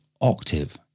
octave